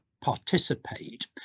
participate